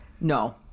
No